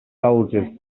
soldiers